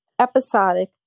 episodic